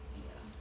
ya